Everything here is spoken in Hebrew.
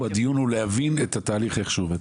הדיון הוא להבין איך התהליך עובד.